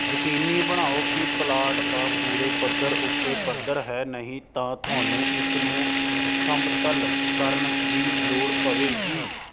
ਯਕੀਨੀ ਬਣਾਓ ਕਿ ਪਲਾਟ ਦਾ ਪੂਰੇ ਪੱਧਰ ਉੱਤੇ ਪੱਧਰ ਹੈ ਨਹੀਂ ਤਾਂ ਤੁਹਾਨੂੰ ਇਸ ਨੂੰ ਸਮਤਲ ਕਰਨ ਦੀ ਲੋੜ ਪਵੇਗੀ